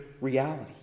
reality